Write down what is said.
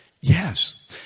Yes